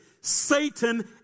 Satan